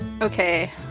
Okay